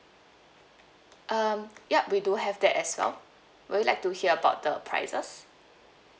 um ya we do have that as well would you like to hear about the prices